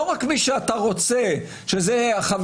לא רק מי שאתה רוצה שזה החברים,